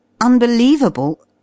unbelievable